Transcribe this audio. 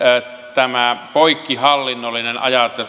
tämä poikkihallinnollinen